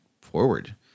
forward